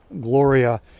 Gloria